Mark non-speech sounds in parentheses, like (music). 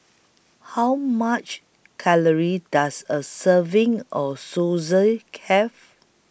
How much Calories Does A Serving of (unintelligible) Have